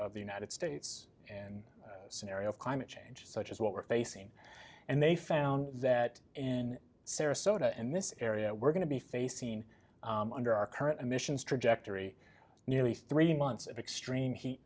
of the united states and scenario of climate change such as what we're facing and they found that in sarasota and this area we're going to be facing under our current emissions trajectory nearly three months of extreme heat